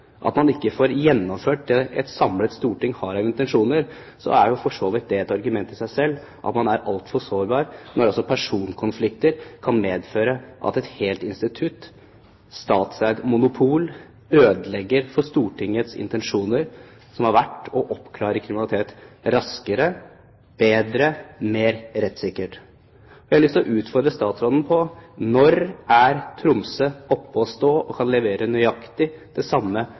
at man ikke får gjennomført det et samlet storting har av intensjoner, er jo det for så vidt et argument i seg selv – man er altfor sårbar når personkonflikter kan medføre at et helt institutt, et statseid monopol, ødelegger for Stortingets intensjoner, som har vært å oppklare kriminalitet raskere, bedre og mer rettssikkert. Jeg har lyst til å utfordre statsråden på: Når er Tromsø oppe og står og kan levere nøyaktig det samme